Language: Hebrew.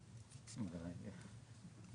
- בהגדרות,